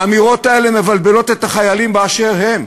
האמירות האלה מבלבלות את החיילים באשר הם.